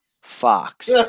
Fox